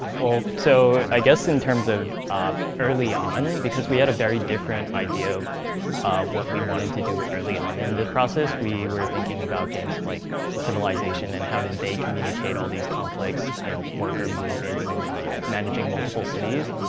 so i guess in terms of early on. because we had a very different idea of what we wanted to do early on in the process, we were thinking about games like civilization and how did they communicate all these complex you know worker movements and managing multiple cities.